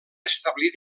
establir